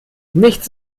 nichts